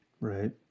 right